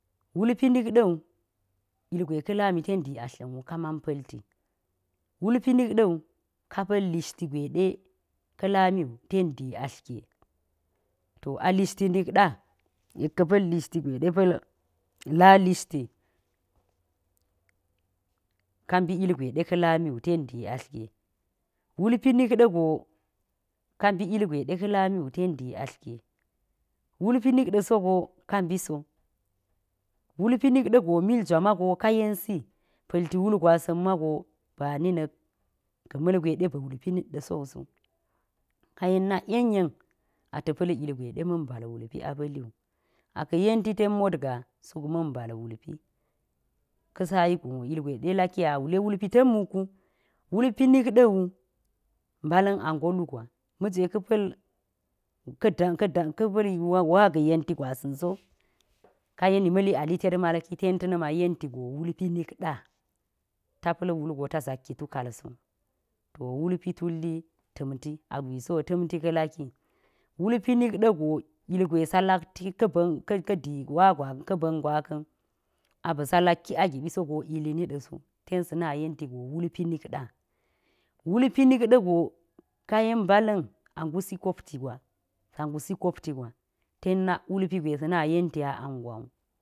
Walp nik da̱we ilgwe ka lami ten di atlgo ka man pa̱lti. Wulpi nik ɗa̱wu ka pa̱l lishi gwe de ta̱ mik ɗa̱wu ten di atlge, to a lishti nik ɗa̱ yek ka̱ pa̱l lisliti gwede pel, la lishti ka mbi ilgwe de ka̱ lamiwu ta diatlge wulpi nik ɗa̱go ka mai ilgwe de ka lami den di atige wulpa nik ɗe̱ sego ka mbisi, wulpi nak da̱ go milgwa mago ka yensi pa̱lti wulgwasa̱n magi ba nik ba̱ malgwe ba wulpi nik ɗaso ka yen nak yenyen ta pa̱l ilgwe depa man bal walpi apduwu, aka̱ yentiten motga suk man bal wulpi. Ka sayi gon ilgwe dilaki yek alvule wulpi te̱mwuk ga wulpi nak ɗawu mbala̱m ange lugwa ma̱ jwe waga̱ yenti gwasa̱nso, kaye ni ma̱li alitek malki ten tana yenti go wal pi rik da̱a ta pa̱l wulgo ta zakki tukal so. To welpi tulli ta̱mtiso tamti ka laki. Wulpi nik ɗe̱ go ilgwe sa laki ka ba̱n gwaka̱n aba̱sa lakiagibi sogi ilimi ɗa̱so ten sa̱ na yentigo wulpi nik ɗa. Walpi nikɗa̱ga ka yen mbda̱n ongusi koptigwa sa ngusi kapti gwa ten nak wulpi gwe sara yenti aangwawu